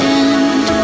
end